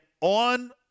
on